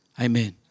amen